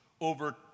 over